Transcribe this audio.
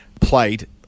played